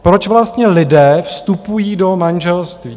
Proč vlastně lidé vstupují do manželství?